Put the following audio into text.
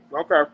Okay